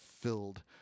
filled